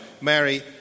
Mary